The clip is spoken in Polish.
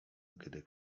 gdy